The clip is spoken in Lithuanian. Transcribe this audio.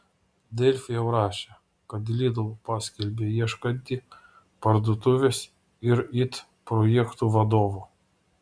delfi jau rašė kad lidl paskelbė ieškanti parduotuvės ir it projektų vadovų